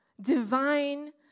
divine